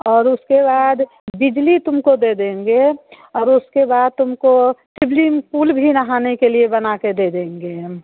और उसके बाद बिजली तुमको दे देंगे और उसके बाद तुमको सिबलिंग पूल भी नहाने के लिए बना कर दे देंगे हम